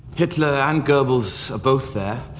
hitler and goebbels are both there.